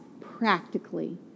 practically